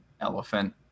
elephant